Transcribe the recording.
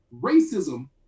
Racism